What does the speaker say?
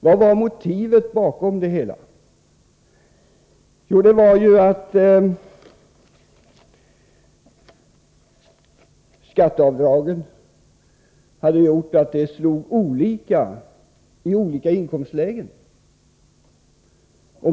Vad var motivet? Jo, skatteavdragen slog olika i olika inkomstlägen.